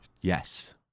Yes